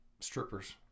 strippers